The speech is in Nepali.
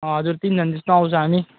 अँ हजुर तिनजना जस्तो आउँछ हामी